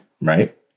Right